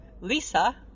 Lisa